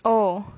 oh